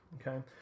Okay